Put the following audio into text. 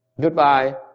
Goodbye